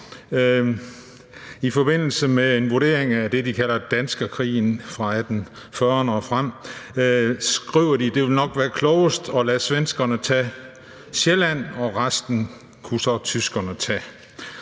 I forbindelse med en vurdering af det, de kalder danskerkrigen 1840'erne og frem skriver de: Det vil nok være klogest at lade svenskerne tage Sjælland, og resten kunne så tyskerne tage.